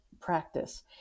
practice